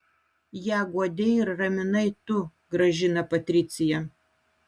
ją guodei ir raminai tu gražina patricija